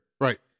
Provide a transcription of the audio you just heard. Right